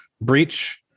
breach